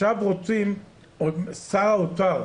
שר האוצר,